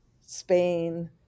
Spain